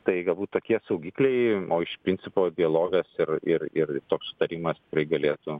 tai galbūt tokie saugikliai o iš principo dialogas ir ir ir toks sutarimas galėtų